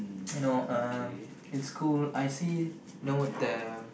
you know um in school I see you know the